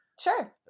Sure